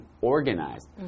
organized